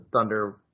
Thunder